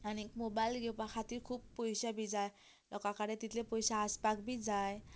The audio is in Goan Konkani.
आनीक मोबायल घेवपा खातीर खूब पयशें बी जाय लोकां कडेन तितलें पयशें आसपाक बी जाय